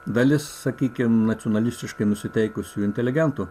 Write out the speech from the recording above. dalis sakykim nacionalistiškai nusiteikusių inteligentų